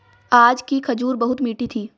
आज की खजूर बहुत मीठी थी